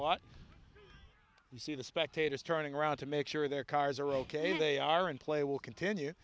lot you see the spectators turning around to make sure their cars are ok they are and play will continue